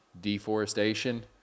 deforestation